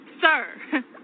Sir